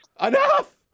enough